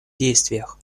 действиях